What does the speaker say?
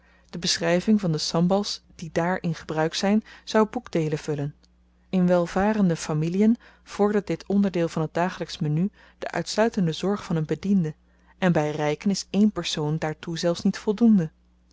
de beschryving van de sambals die daar in gebruik zyn zou boekdeelen vullen in welvarende familien vordert dit onderdeel van t dagelyksch menu de uitsluitende zorg van n bediende en by ryken is één persoon daartoe zelfs niet voldoende